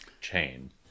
chain